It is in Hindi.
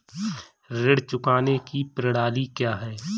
ऋण चुकाने की प्रणाली क्या है?